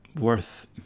worth